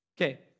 Okay